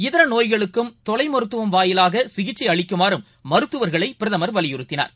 இதரநோய்களுக்கும் தொலைமருத்துவம் வாயிலாகசிகிச்சைஅளிக்குமாறும் மருத்துவர்களைபிரதமர் வலியுறுத்தினார்